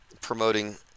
promoting